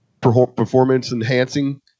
performance-enhancing